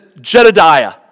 Jedediah